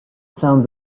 sounds